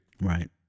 Right